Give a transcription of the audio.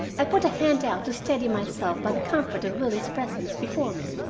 i put a hand out to steady myself by the comfort of willie's presence before me,